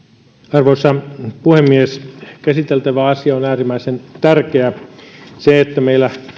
arvoisa puhemies käsiteltävä asia on äärimmäisen tärkeä meillä